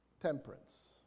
temperance